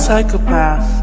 Psychopath